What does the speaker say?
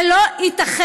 זה לא ייתכן.